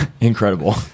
incredible